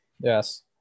Yes